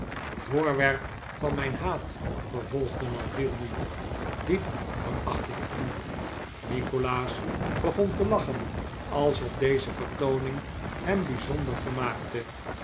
voorwerp van mijn haat vervolgde lenville nu diep veracht ik u nikolaas begon te lachen alsof deze vertooning hem bij zonder vermaakte